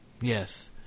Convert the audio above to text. Yes